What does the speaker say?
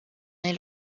nei